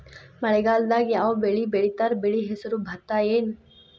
ಮಳೆಗಾಲದಾಗ್ ಯಾವ್ ಬೆಳಿ ಬೆಳಿತಾರ, ಬೆಳಿ ಹೆಸರು ಭತ್ತ ಏನ್?